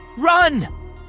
Run